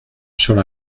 shall